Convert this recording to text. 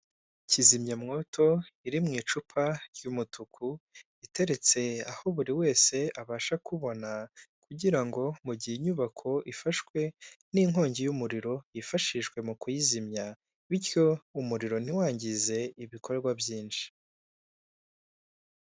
Kizimya mwoto iri mu icupa ry'umutuku, iteretse aho buri wese abasha kubona, kugira ngo mu gihe inyubako ifashwe n'inkongi y'umuriro yifashishwe mu kuyizimya, bityo umuriro ntiwangize ibikorwa byinshi.